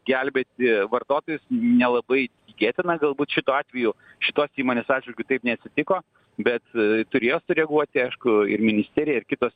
gelbėti vartotojus nelabai tikėtina galbūt šituo atveju šitos įmonės atžvilgiu taip neatsitiko bet turėjo sureaguoti aišku ir ministerija ir kitos